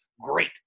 great